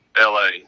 LA